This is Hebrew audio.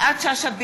יפעת שאשא ביטון,